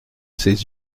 ses